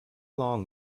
long